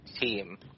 team